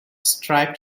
striped